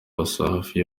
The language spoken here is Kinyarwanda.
wasafi